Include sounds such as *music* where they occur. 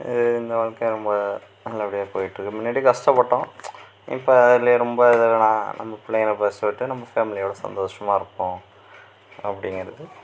இது இந்த வாழ்க்கை ரொம்ப நல்லபடியாக போய்ட்ருக்கு முன்னடி கஷ்டப்பட்டோம் இப்போ அதில் ரொம்ப இதெல்லாம் நம்ம பிள்ளைங்கள *unintelligible* விட்டு நம்ம ஃபேமிலியோட சந்தோஷமாக இருப்போம் அப்படிங்கிறது